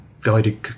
guided